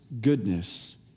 goodness